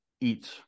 eats